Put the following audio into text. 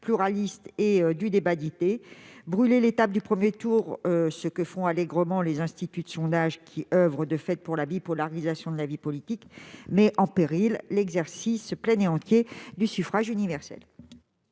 pluraliste et du débat d'idées. Brûler l'étape du premier tour, ce que font allègrement les instituts de sondage qui oeuvrent de fait pour la bipolarisation de la vie politique, c'est mettre en péril l'exercice plein et entier du suffrage universel.